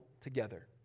together